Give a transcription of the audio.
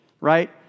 right